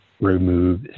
remove